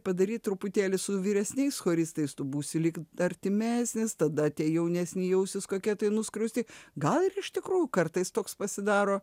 padaryt truputėlį su vyresniais choristais tu būsi lyg artimesnis tada tie jaunesni jausis kokie tai nuskriausti gal ir iš tikrųjų kartais toks pasidaro